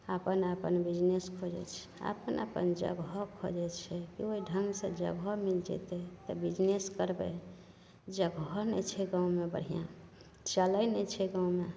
अपन अपन बिजनेस खोजै छै अपन अपन जगह खोजै छै ओहि ढङ्गसे जगह मिलि जएतै तऽ बिजनेस करबै जगह नहि छै गाममे बढ़िआँ चलै नहि छै गाममे